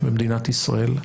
במדינת ישראל,